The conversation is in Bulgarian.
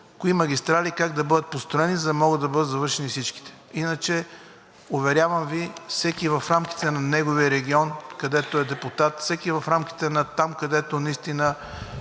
кои магистрали как да бъдат построени, за да могат да бъдат завършени всичките. Иначе, уверявам Ви, всеки в рамките на неговия регион, където е депутат, всеки в рамките там, където наистина